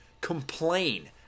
complain